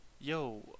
yo